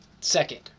second